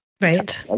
Right